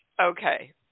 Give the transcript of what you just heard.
Okay